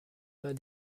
bas